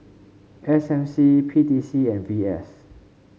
S M C P T C and V S